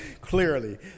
Clearly